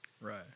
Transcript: Right